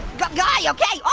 but guy, yeah okay,